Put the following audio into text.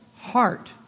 heart